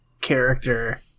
character